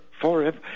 Forever